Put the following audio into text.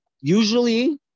usually